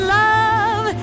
love